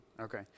Okay